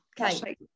okay